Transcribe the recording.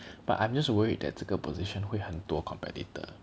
but I'm just worried that 这个 position 会很多 competitor